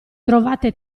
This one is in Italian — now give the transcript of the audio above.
trovate